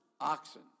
oxen